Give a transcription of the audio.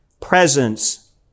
presence